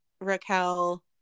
Raquel